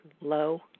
low